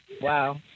Wow